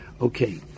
okay